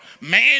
Man